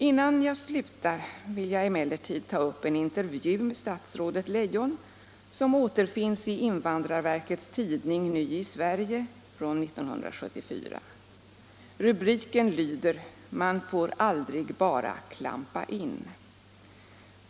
Innan jag slutar vill jag emellertid ta upp en intervju med statsrådet Leijon som återfinns i invandrarverkets tidning Ny i Sverige nr 1 år 1974. Rubriken lyder: Man får aldrig bara klampa in.